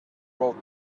wrote